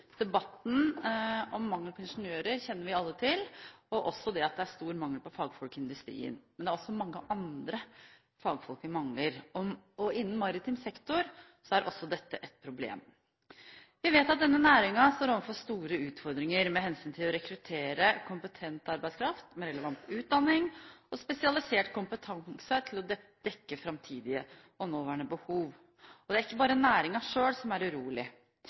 Debatten om mangelen på ingeniører kjenner vi alle til, i tillegg vet vi at det er stor mangel på fagfolk i industrien. Men vi mangler også mange andre fagfolk. Innen maritim sektor er også dette et problem. Vi vet at denne næringen står overfor store utfordringer med hensyn til å rekruttere kompetent arbeidskraft med relevant utdanning og spesialisert kompetanse til å dekke framtidige og nåværende behov. Det er ikke bare næringen selv som er urolig.